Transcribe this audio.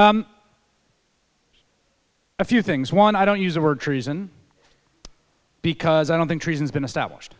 a few things one i don't use the word treason because i don't think reasons been established